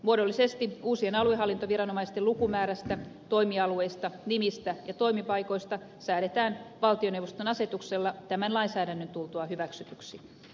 muodollisesti uusien aluehallintoviranomaisten lukumäärästä toimialueista nimistä ja toimipaikoista säädetään valtioneuvoston asetuksella tämän lainsäädännön tultua hyväksytyksi